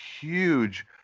huge